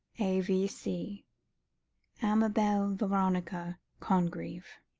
a v c amabel veronica congreve.